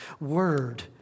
word